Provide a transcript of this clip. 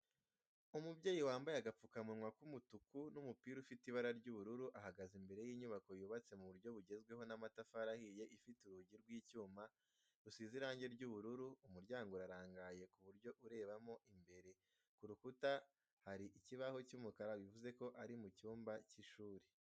Umubyeyi wambaye agapfukamunwa k'umutuku n'umupira ufite ibara ry'ubururu ahagaze imbere y'inyubako yubatse mu buryo bugezweho n'amatafari ahiye ifite urugi rw'icyuma rusize irangi ry'ubururu, umuryango urarangaye ku buryo urebamo imbere, ku rukuta hari ikibaho cy'umukara bivuze ko ari mu cyumba cy'ishuri.